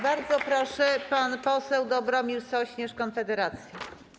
Bardzo proszę, pan poseł Dobromir Sośnierz, Konfederacja.